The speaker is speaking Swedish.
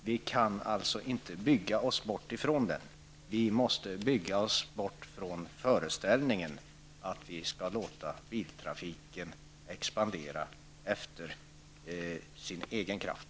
Vi kan alltså inte bygga oss bort från det, utan vi måste bygga oss bort från föreställningen att vi kan låta biltrafiken expandera efter sin egen kraft.